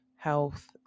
health